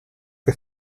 que